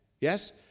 Yes